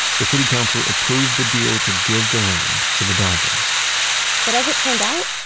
the city council approved the deal to give the land to the dodgers but as it turned out,